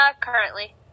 Currently